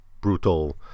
brutal